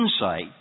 insight